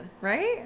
right